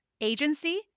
agency